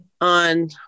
on